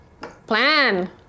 Plan